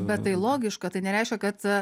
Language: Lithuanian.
bet tai logiška tai nereiškia kad